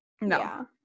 No